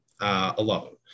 alone